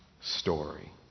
story